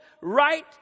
right